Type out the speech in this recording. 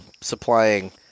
supplying